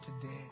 today